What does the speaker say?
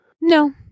No